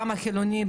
גם החילוניים,